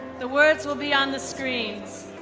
the words will be on the screens.